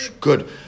good